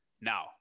now